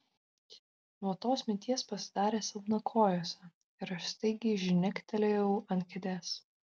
nuo tos minties pasidarė silpna kojose ir aš staigiai žnektelėjau ant kėdės